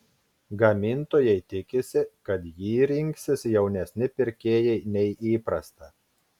gamintojai tikisi kad jį rinksis jaunesni pirkėjai nei įprasta